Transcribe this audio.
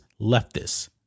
leftists